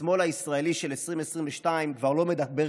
השמאל הישראלי של 2022 כבר לא מדבר כך.